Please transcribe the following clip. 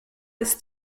ist